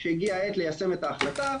כשהגיעה העת ליישם את ההחלטה,